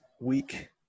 week